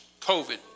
COVID